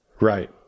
Right